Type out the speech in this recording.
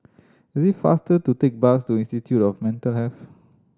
it is faster to take bus to Institute of Mental Health